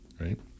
Right